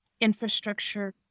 infrastructure